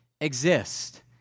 exist